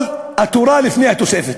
אבל התורה לפני התוספת,